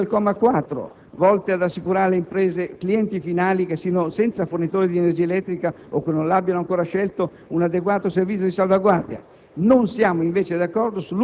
Siamo d'accordo sulla disposizione di cui al comma 4, volta ad assicurare alle imprese clienti finali che siano senza fornitore di energia elettrica o che non l'abbiano ancora scelto un adeguato servizio di salvaguardia.